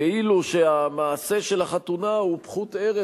כאילו שהמעשה של החתונה הוא פחות ערך,